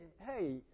hey